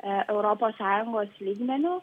europos sąjungos lygmeniu